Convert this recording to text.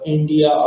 India